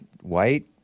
white